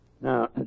Now